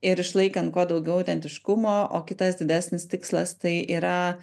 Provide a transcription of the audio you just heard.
ir išlaikant kuo daugiau autentiškumo o kitas didesnis tikslas tai yra